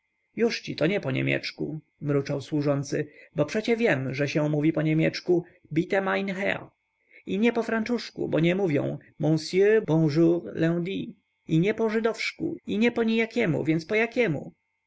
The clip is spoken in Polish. języku jużci to nie po niemieczku mruczał służący bo przecie wiem że się mówi po niemieczku bite majn her i nie po franczuszku bo nie mówią mąsie bążur lendi i nie po żydowszku i nie ponijakiemu więc po jakiemu